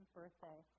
birthday